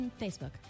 Facebook